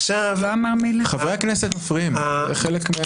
חברי הכנסת מפריעים לשיטתך,